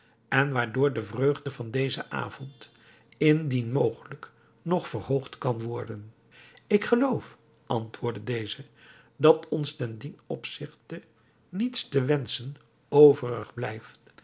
en waardoor de vreugde van dezen avond indien mogelijk nog verhoogd kan worden ik geloof antwoordde deze dat ons ten dien opzigte niets te wenschen overig blijft